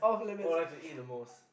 what do I like to eat the most